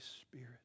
Spirit